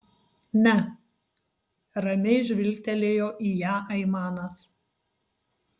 ne ramiai žvilgtelėjo į ją aimanas